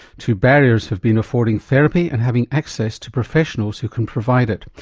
two barriers have been affording therapy and having access to professionals who can provide it.